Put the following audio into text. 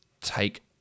take